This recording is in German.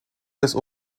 des